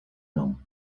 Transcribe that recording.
nom